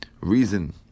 reason